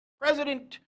President